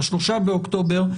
ב-3 באוקטובר,